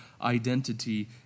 identity